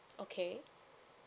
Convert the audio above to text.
okay